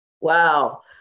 Wow